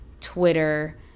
Twitter